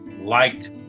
liked